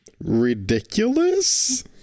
Ridiculous